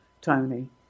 Tony